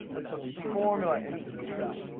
and puts the formula into the cell.